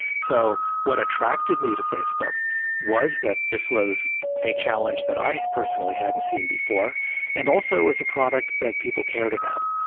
so what attracted me to facebook was that this was a challenge that i personally hadn't seen before and also was a product that people cared about.